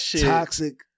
toxic